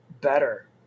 better